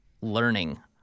learning